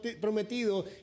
prometido